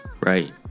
Right